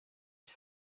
ist